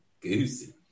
Goosey